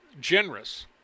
generous